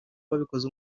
babikoze